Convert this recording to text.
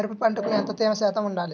మిరప పంటకు ఎంత తేమ శాతం వుండాలి?